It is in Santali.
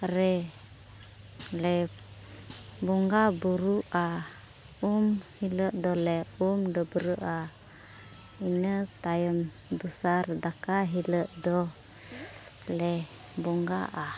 ᱟᱞᱮ ᱞᱮ ᱵᱚᱸᱜᱟᱼᱵᱩᱨᱩᱜᱼᱟ ᱩᱢ ᱦᱤᱞᱳᱜ ᱫᱚᱞᱮ ᱩᱢ ᱰᱟᱹᱵᱽᱨᱟᱹᱜᱼᱟ ᱤᱱᱟᱹ ᱛᱟᱭᱚᱢ ᱫᱚᱥᱟᱨ ᱫᱟᱠᱟᱭ ᱦᱤᱞᱳᱜ ᱫᱚᱞᱮ ᱵᱚᱸᱜᱟᱜᱼᱟ